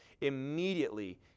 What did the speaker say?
immediately